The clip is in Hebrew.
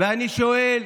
ואני שואל: